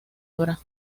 obra